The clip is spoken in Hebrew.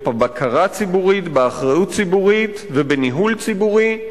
בבקרה ציבורית, באחריות ציבורית ובניהול ציבורי.